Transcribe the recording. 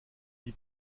vie